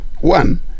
One